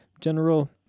general